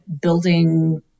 building